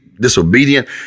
disobedient